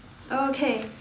okay